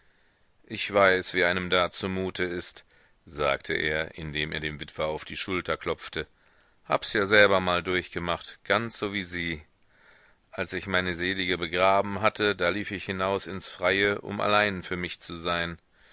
ich weiß wie einem da zumute ist sagte er indem er dem witwer auf die schulter klopfte habs ja selber mal durchgemacht ganz so wie sie als ich meine selige begraben hatte da lief ich hinaus ins freie um allein für mich zu sein